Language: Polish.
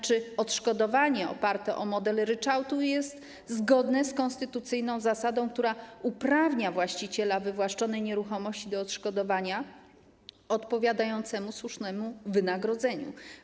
Czy odszkodowanie oparte na modelu ryczałtu jest zgodne z konstytucyjną zasadą, która uprawnia właściciela wywłaszczonej nieruchomości do odszkodowania odpowiadającego słusznemu wynagrodzeniu?